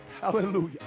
Hallelujah